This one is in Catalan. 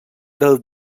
dels